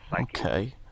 okay